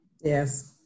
Yes